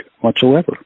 whatsoever